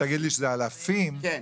אבל אם תגיד לי שזה אלפים- -- כן,